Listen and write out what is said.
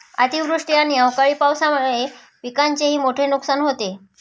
अतिवृष्टी आणि अवकाळी पावसामुळे पिकांचेही मोठे नुकसान होते